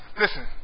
listen